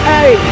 Hey